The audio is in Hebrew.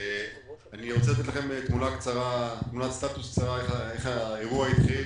אני רוצה לתת לכם תמונת סטטוס קצרה איך האירוע התחיל